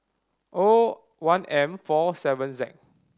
O one M four seven Z